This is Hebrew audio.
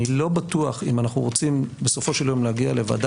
אני לא בטוח אם אנחנו רוצים בסופו של יום להגיע לוועדה